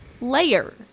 layer